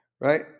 Right